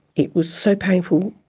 it was so painful,